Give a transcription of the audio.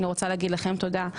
אני רוצה להגיד לכם תודה,